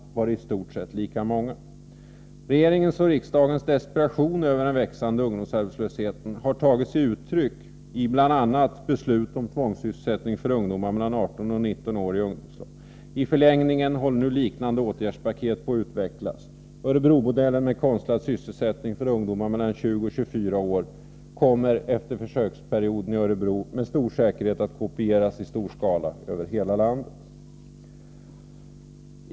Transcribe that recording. Regeringens och riksdagens desperation över den växande ungdomsarbetslösheten har tagit sig uttryck i bl.a. beslut om tvångssysselsättning för ungdomar mellan 18 och 19 år i ungdomslag. I förlängningen håller nu liknande åtgärdspaket på att utvecklas. Örebromodellen med konstlad sysselsättning för ungdomar mellan 20 och 24 år kommer efter försöksperioden i Örebro med all sannolikhet att kopieras i stor skala över hela landet.